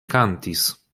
kantis